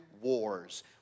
wars